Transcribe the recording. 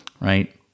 right